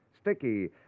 Sticky